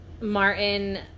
Martin